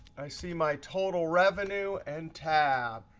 i see my total revenue, and tab.